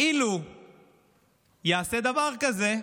אילו יעשה דבר כזה,